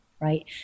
Right